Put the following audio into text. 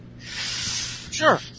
Sure